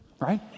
right